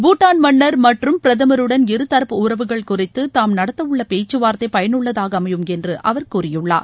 பூட்டான் மன்னர் மற்றும் பிரதமருடன் இருதரப்பு உறவுகள் குறித்து தாம் நடத்தவுள்ள பேச்சுவார்தை பயனுள்ளதாக அமையும் என்று அவர் கூறியுள்ளார்